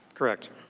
correct.